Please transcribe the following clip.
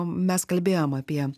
mes kalbėjom apie